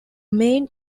main